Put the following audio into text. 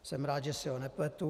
Jsem rád, že si ho nepletu.